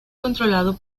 controlado